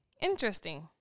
Interesting